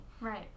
Right